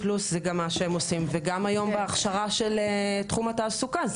פלוס זה גם מה שהם עושים וגם היום בהכשרה של תחום התעסוקה,